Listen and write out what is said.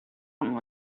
fallen